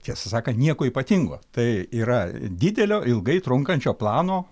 tiesą sakant nieko ypatingo tai yra didelio ilgai trunkančio plano